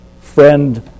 friend